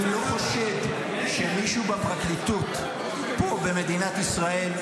אני לא חושד שמישהו בפרקליטות פה במדינת ישראל,